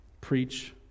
Preach